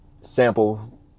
sample